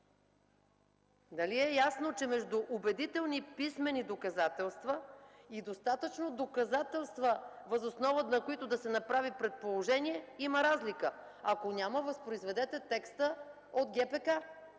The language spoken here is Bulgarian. Дали е ясно, че между „убедителни писмени доказателства” и „достатъчно доказателства”, въз основа на които да се направи предположение, има разлика? Ако няма, възпроизведете текста от ГПК.